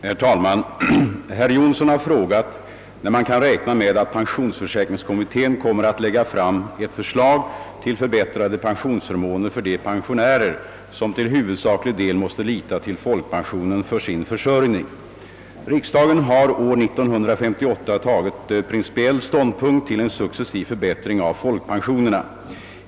Herr talman! Herr Jonsson har frågat, när man kan räkna med att pensionsförsäkringskommittén kommer att lägga fram ett förslag till förbättrade pensionsförmåner för de pensionärer som till huvudsaklig del måste lita till folkpensionen för sin försörjning. Riksdagen har år 1958 tagit principiell ståndpunkt till en successiv förbättring av folkpensionerna.